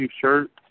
shirt